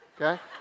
okay